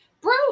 bro